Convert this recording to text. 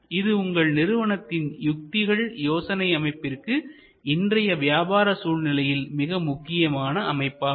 இது உங்கள் நிறுவனத்தின் யுக்திகள் யோசனை அமைப்பிற்கு இன்றைய வியாபார சூழ்நிலையில் மிக முக்கியமான அமைப்பாகும்